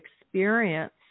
experience